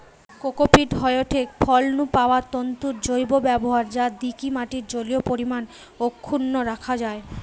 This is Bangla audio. কোকোপীট হয়ঠে ফল নু পাওয়া তন্তুর জৈব ব্যবহার যা দিকি মাটির জলীয় পরিমাণ অক্ষুন্ন রাখা যায়